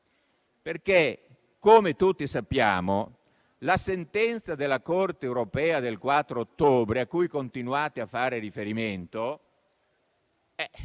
Come tutti sappiamo, la sentenza della Corte europea del 4 ottobre, a cui continuate a fare riferimento,